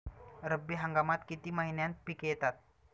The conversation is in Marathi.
रब्बी हंगामात किती महिन्यांत पिके येतात?